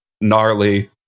gnarly